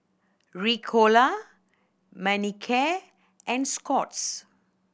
Ricola Manicare and Scott's